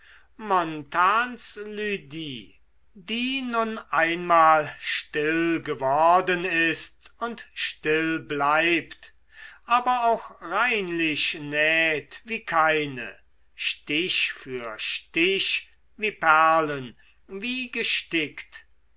lydie die nun einmal still geworden ist und still bleibt aber auch reinlich näht wie keine stich für stich wie perlen wie gestickt